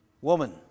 Woman